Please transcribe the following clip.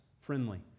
friendly